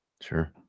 Sure